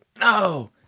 no